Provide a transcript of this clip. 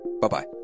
Bye-bye